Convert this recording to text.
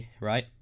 right